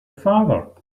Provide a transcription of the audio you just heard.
father